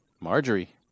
Marjorie